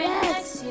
Yes